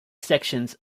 sections